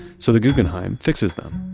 so the guggenheim fixes them.